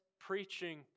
preaching